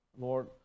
Lord